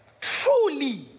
Truly